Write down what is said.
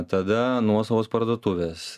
tada nuosavos parduotuvės